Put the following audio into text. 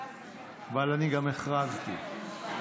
התורה.